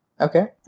Okay